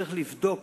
וצריך לבדוק